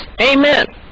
amen